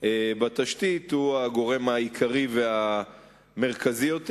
בתשתיות הוא הגורם העיקרי והמרכזי יותר.